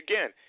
again